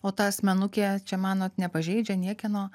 o ta asmenukė čia manot nepažeidžia niekieno